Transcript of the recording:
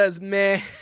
man